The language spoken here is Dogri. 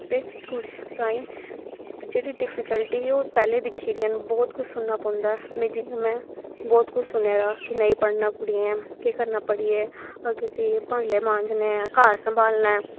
ते कुड़ी तांई जेह्ड़ी डिफिक्लटी ऐ ओह् पैह्लें दक्खी दियां न बहुत कुछ सुनना पौंदा ऐ मैं जियां मैं बहुत कुछ सुनेआ कि नेंई पढ़ना कुड़ियैं केह् करना पढ़ियै अग्गै जाइयै भांडे मांजने ऐं घर सम्भालना ऐ